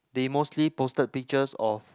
they mostly posted pictures of